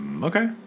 Okay